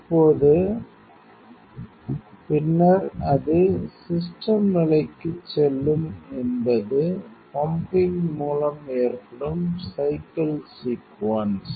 இப்போது பின்னர் அது சிஸ்டம் நிலைக்கு செல்லும் என்பது பம்பிங் மூலம் ஏற்படும் சைக்கிள் சீக்குவன்ஸ்